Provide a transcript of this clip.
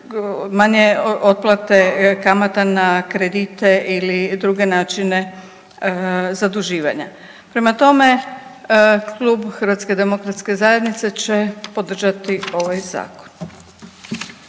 manje otplate kamata na kredite ili druge načine zaduživanja. Prema tome, klub HDZ-a će podržati ovaj zakon.